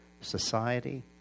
Society